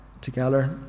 together